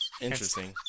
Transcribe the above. Interesting